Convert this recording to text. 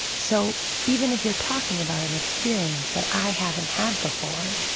so even if you're talking about an experience that i haven't had before,